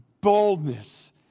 Boldness